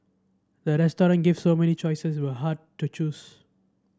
the restaurant gave so many choices was hard to choose